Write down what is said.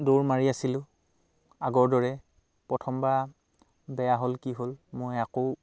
দৌৰ মাৰি আছিলোঁ আগৰ দৰে প্ৰথমবাৰ বেয়া হ'ল কি হ'ল মই আকৌ